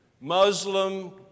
Muslim